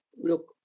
Look